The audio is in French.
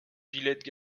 villette